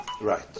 Right